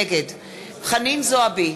נגד חנין זועבי,